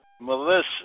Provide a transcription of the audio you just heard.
Melissa